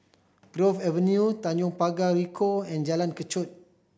Grove Avenue Tanjong Pagar Ricoh and Jalan Kechot